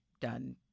done